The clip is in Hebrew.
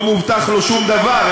לא מובטח לו שום דבר,